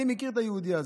אני מכיר את היהודי הזה.